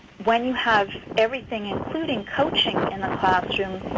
when you have everything including coaching in the classroom,